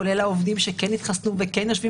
כולל העובדים שכן התחסנו וכן יושבים